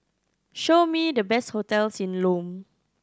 show me the best hotels in Lome